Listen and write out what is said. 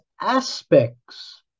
aspects